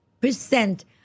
percent